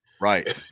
Right